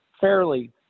fairly